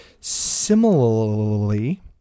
Similarly